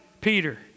Peter